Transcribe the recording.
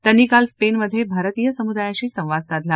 त्यांनी काल स्पेनमध्ये भारतीय समुदायाशी संवाद साधला